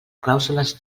clàusules